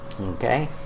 Okay